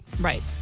Right